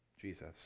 Jesus